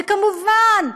וכמובן,